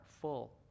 full